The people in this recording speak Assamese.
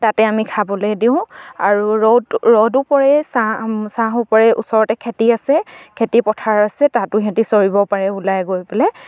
তাতে আমি খাবলে দিওঁ আৰু ৰ'দ ৰ'দো পৰে ছাঁ ছাঁও পৰে ওচৰতে খেতি আছে খেতি পথাৰ আছে তাতো সিহঁতি চৰিব পাৰে ওলাই গৈ পেলাই